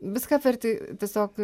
viską apverti tiesiog